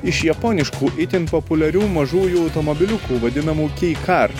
iš japoniškų itin populiarių mažųjų automobiliukų vadinamų kei kar